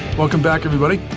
welcome back everybody.